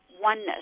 oneness